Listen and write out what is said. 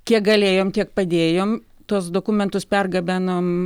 kiek galėjom tiek padėjom tuos dokumentus pergabenom